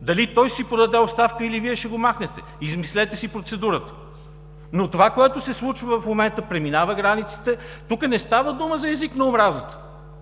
Дали той ще си подаде оставка, или Вие ще го махнете – измислете си процедурата, но това, което се случва в момента, преминава границите. Тук не става дума за език на омразата.